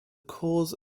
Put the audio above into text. cause